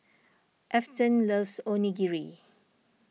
Afton loves Onigiri